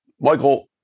Michael